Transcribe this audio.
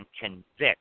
convict